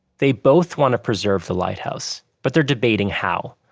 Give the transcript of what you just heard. they both want to preserve the lighthouse, but they're debating how.